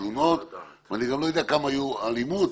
תלונות ואני גם לא יודע כמה הייתה אלימות,